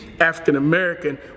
african-american